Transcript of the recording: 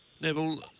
Neville